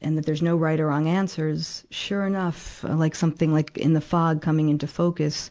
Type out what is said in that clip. and that there's no right or wrong answers sure enough, ah, like something, like in the fog coming into focus,